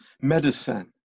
medicine